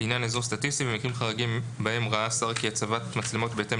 לעניין אזור סטטיסטי במקרים חריגים בהם ראה השר כי הצבת המצלמות בהתאם